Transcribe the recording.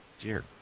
Dear